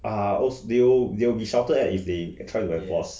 are also they will they will be shouted at if they try to make enforce